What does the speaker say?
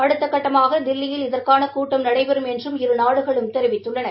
அடுத்தக்கட்டமாக தில்லியில் இதற்கான கூட்டம் நடைபெறும் என்றும் இரு நாடுகளும் தெரிவித்துள்ளன